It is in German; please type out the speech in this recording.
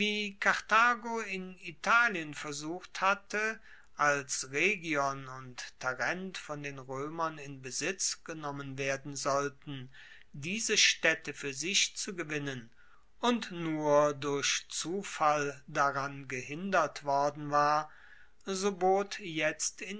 karthago in italien versucht hatte als rhegion und tarent von den roemern in besitz genommen werden sollten diese staedte fuer sich zu gewinnen und nur durch zufall daran gehindert worden war so bot jetzt